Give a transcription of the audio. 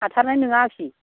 हाथारनाय नोङा आफि